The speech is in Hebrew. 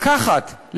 לקחת,